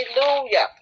hallelujah